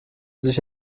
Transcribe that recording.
sich